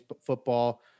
football